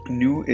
new